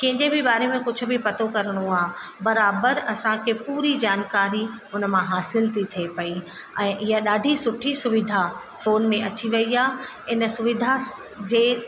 कंहिंजे बि बारे में कुझ बि पतो करणो आ बराबरि असांखे पूरी जानकारी उन मां हासिल थी थिए पई ऐं इहा ॾाढी सुठी सुविधा फोन में अची वई आहे इन सुविधा जे